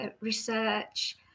research